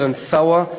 תוכנית "סאווה",